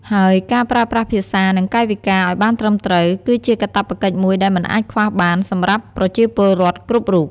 ហើយការប្រើប្រាស់ភាសា និងកាយវិការឲ្យបានត្រឹមត្រូវ គឺជាកាតព្វកិច្ចមួយដែលមិនអាចខ្វះបានសម្រាប់ប្រជាពលរដ្ឋគ្រប់រូប។